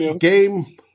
game